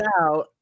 out